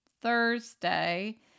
Thursday